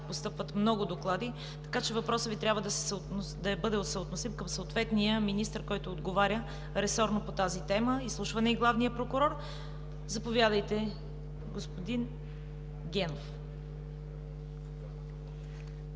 постъпват много доклади. Така че въпросът Ви трябва да бъде съотносим към съответния министър, който отговаря ресорно по тази тема – изслушван е и главният прокурор. Заповядайте, господин Генов